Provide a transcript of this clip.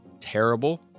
terrible